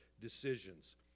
decisions